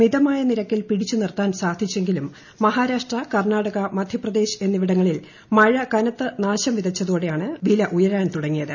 മിതമായനിരക്കിൽ ഉള്ളിവില പിടിച്ചുനിർത്താൻ സാധിച്ചെങ്കിലും മഹാരാഷ്ട്ര കർണാടക മധ്യപ്രദേശ് എന്നിവിടങ്ങളിൽ മഴ കനത്ത നാശംവിതച്ചതോടെയാണ് വില ഉയരാൻ തുടങ്ങിയത്